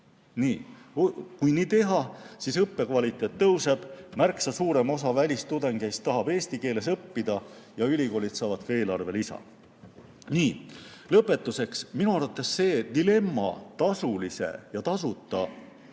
Kui nii teha, siis õppekvaliteet tõuseb, märksa suurem osa välistudengeist tahab eesti keeles õppida ja ülikoolid saavad ka eelarvelisa. Lõpetuseks. Minu arvates on dilemma tasulise ja tasuta